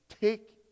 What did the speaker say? take